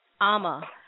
AMA